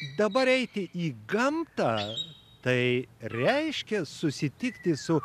dabar eiti į gamtą tai reiškia susitikti su